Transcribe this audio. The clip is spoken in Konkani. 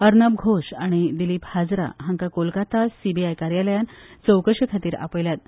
अर्नब घोष आनी दिलीप हाजरा हांकां कोलकाका सिबीआय कार्यालयान चवकशे खातीर आपयल्यात